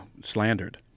slandered